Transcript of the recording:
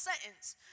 sentence